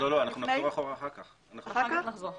אחר כך נחזור אחורה.